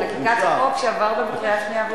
הוא היה עכשיו בחקיקת חוק שעבר בקריאה שנייה ושלישית.